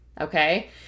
okay